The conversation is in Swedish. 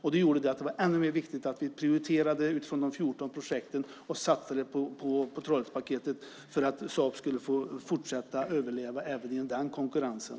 Därför var det ännu viktigare att vi prioriterade utifrån de 14 projekten och satsade på just Trollhättepaketet så att Saab skulle kunna överleva även i den konkurrensen.